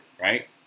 right